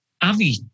Avi